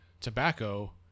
tobacco